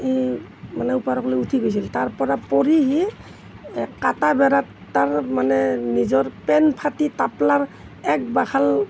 ই মানে ওপৰলৈকে উঠি গৈছিল তাৰ পৰা পৰি সি এই কাটা বেৰত তাৰ মানে নিজৰ পেণ্ট ফাটি তাপলাৰ এক বাখাল